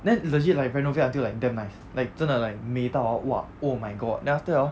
then legit like renovate until like damn nice like 真的 like 美到 hor !wah! oh my god then after that hor